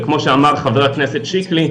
כמו שאמר חבר הכנסת שיקלי,